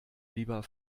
lieber